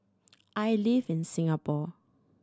I live in Singapore